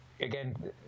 again